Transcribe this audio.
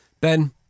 Ben